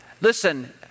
Listen